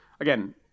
Again